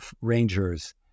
rangers